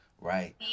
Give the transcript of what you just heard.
right